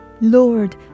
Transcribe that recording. Lord